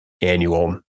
annual